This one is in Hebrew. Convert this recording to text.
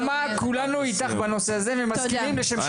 נעמה, כולנו איתך בנושא הזה ומסכימים לשם שינוי.